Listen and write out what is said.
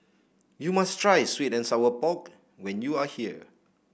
you must try sweet and Sour Pork when you are here